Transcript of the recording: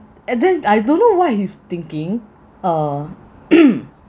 and then I don't know what he's thinking uh